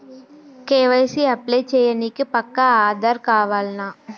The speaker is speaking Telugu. కే.వై.సీ అప్లై చేయనీకి పక్కా ఆధార్ కావాల్నా?